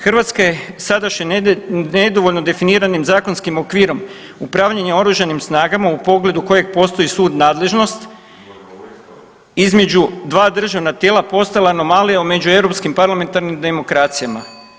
Hrvatska je sadašnjim nedovoljno definiranim zakonskim okvirom upravljanja oružanim snagama u pogledu kojeg postoji sud nadležnost između dva državna tijela postala anomalija među europskim parlamentarnim demokracijama.